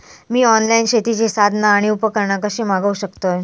मी online शेतीची साधना आणि उपकरणा कशी मागव शकतय?